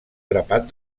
grapat